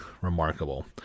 remarkable